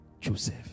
Joseph